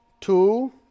Two